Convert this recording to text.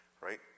Right